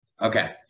Okay